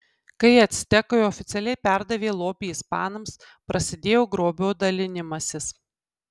kai actekai oficialiai perdavė lobį ispanams prasidėjo grobio dalinimasis